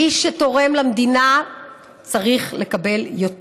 מי שתורם למדינה צריך לקבל יותר,